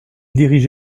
dirige